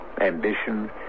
ambition